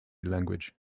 language